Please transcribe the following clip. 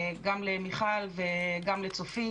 גם למיכל וגם לצופית